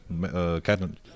Captain